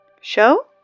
Show